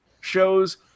shows